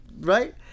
Right